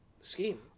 scheme